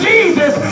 Jesus